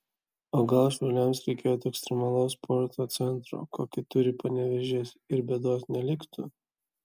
o gal šiauliams reikėtų ekstremalaus sporto centro kokį turi panevėžys ir bėdos neliktų